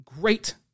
great